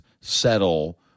settle